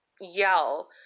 yell